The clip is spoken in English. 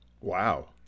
Wow